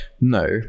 no